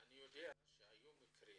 אני יודע שהיו מקרים